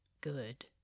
good